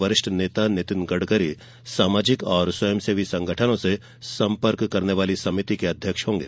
वरिष्ठ नेता नितिन गडकरी सामाजिक और स्वयंसेवी संगठनों से संपर्क करने वाली समिति के अध्यक्ष होंगे